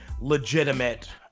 legitimate